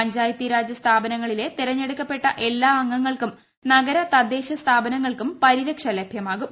പഞ്ചായത്തി രാജ് സ്ഥാപനങ്ങളിലെ തിരഞ്ഞെടുക്കപ്പെട്ട എല്ലാ അംഗങ്ങൾക്കും നഗര തദ്ദേശ സ്ഥാപനങ്ങൾക്കും പരിരക്ഷ ലഭ്യമാകും